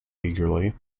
eagerly